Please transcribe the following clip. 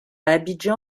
abidjan